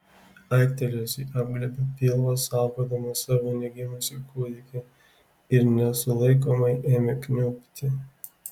aiktelėjusi apglėbė pilvą saugodama savo negimusį kūdikį ir nesulaikomai ėmė kniubti